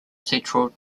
central